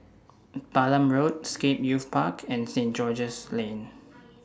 Balam Road Scape Youth Park and Saint George's Lane